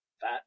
Fat